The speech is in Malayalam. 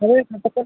അത് നിർത്തട്ടെ